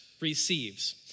receives